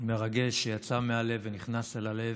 מרגש שיצא מן הלב ונכנס אל הלב.